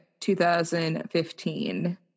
2015